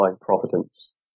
providence